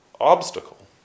obstacle